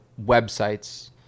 websites